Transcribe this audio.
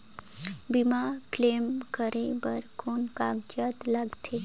बीमा क्लेम करे बर कौन कागजात लगथे?